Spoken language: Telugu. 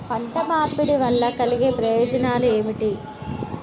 పంట మార్పిడి వల్ల కలిగే ప్రయోజనాలు ఏమిటి?